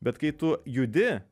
bet kai tu judi